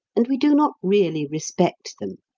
and we do not really respect them.